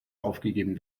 aufgegeben